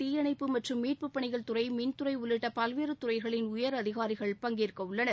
தீயணைப்பு மற்றும் மீட்பு பணிகள் துறை மின்துறை உள்ளிட்ட பல்வேறு துறைகளின் உயர் அதிகாரிகள் பங்கேற்க உள்ளனர்